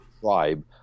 tribe